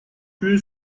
tué